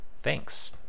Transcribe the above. Thanks